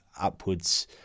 upwards